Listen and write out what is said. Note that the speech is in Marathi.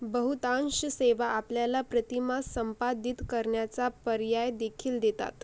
बहुतांश सेवा आपल्याला प्रतिमा संपादित करण्याचा पर्यायदेखील देतात